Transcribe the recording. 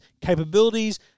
capabilities